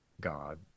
god